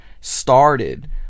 started